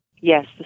Yes